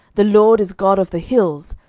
the lord is god of the hills,